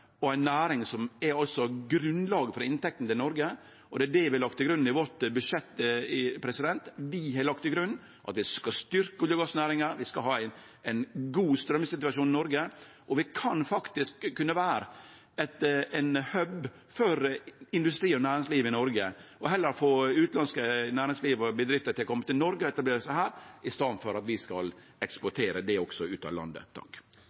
og ei næring som er grunnlaget for inntektene til Noreg, og det er det vi har lagt til grunn i vårt budsjett. Vi har lagt til grunn at vi skal styrkje olje- og gassnæringa, vi skal ha ein god straumsituasjon i Noreg. Vi kunne faktisk ha vore ein hub for industri og næringsliv i Noreg – og heller få utanlandsk næringsliv og bedrifter til å kome til Noreg og etablere seg her, i staden for at vi skal eksportere det også ut av landet.